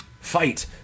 fight